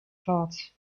thoughts